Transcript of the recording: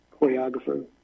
choreographer